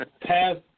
past